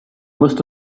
must